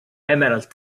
emerald